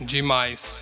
Demais